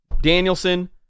Danielson